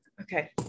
Okay